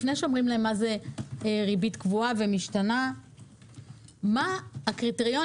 לפני שאומרים להם מה זה ריבית קבועה ומשתנה מה הקריטריונים